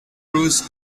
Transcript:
bruce